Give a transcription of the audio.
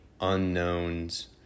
unknowns